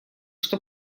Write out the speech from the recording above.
что